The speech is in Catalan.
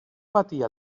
patir